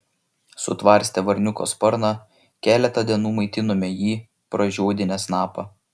sutvarstę varniuko sparną keletą dienų maitinome jį pražiodinę snapą